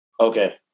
Okay